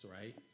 right